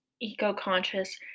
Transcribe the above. eco-conscious